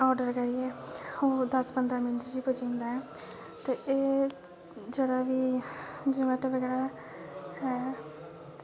order करियै ओह् दस पंदरा मिन्ट च ही पुज्जी जंदा ऐ ते एह् जेह्ड़ा वी जोमैटो वगैरा ऐ